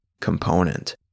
component